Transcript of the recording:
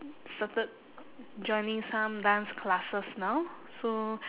started joining some dance classes now so